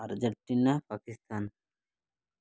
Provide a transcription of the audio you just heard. Argentina Pakistan